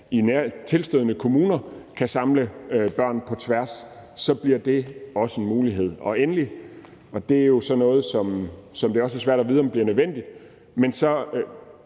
hinanden tilstødende kommuner kan samle børn på tværs af kommunerne, bliver det også en mulighed. Endelig, og det er også sådan noget, som det er svært at vide om bliver nødvendigt, dispenserer